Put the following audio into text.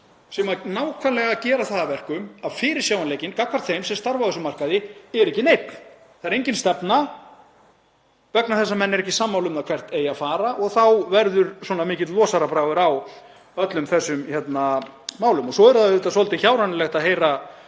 sem nákvæmlega gera það að verkum að fyrirsjáanleikinn gagnvart þeim sem starfa á þessum markaði er ekki neinn. Það er engin stefna vegna þess að menn eru ekki sammála um hvert eigi að fara og þá verður svona mikill losarabragur á öllum þessum málum. Svo er auðvitað svolítið hjárænulegt að heyra